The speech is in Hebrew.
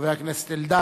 חבר הכנסת אלדד,